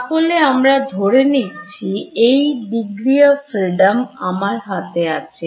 তাহলে আমরা ধরে নিচ্ছি এই Degree of Freedom আমার হাতে আছে